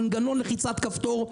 מנגנון לחיצת כפתור.